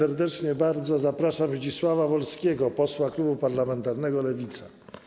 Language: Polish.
Bardzo serdecznie zapraszam Zdzisława Wolskiego, posła klubu parlamentarnego Lewica.